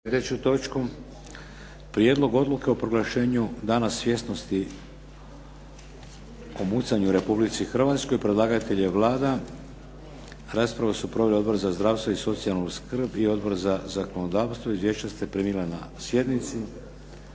slijedeću točku. - Prijedlog odluke o proglašenju "Dana svjesnosti o mucanju u Republici Hrvatskoj", Predlagatelj: Vlada Republike Hrvatske Raspravu su proveli Odbor za zdravstvo i socijalnu skrb i Odbor za zakonodavstvo. Izvješća ste primili na sjednici.